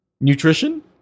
nutrition